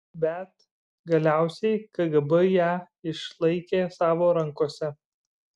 bet galiausiai kgb ją išlaikė savo rankose